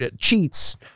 cheats